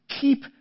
keep